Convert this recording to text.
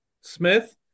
smith